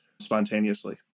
spontaneously